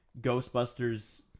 Ghostbusters